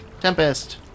Tempest